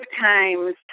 times